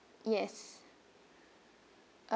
yes uh